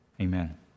Amen